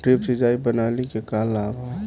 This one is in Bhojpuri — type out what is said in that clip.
ड्रिप सिंचाई प्रणाली के का लाभ ह?